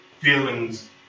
feelings